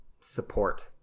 support